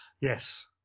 Yes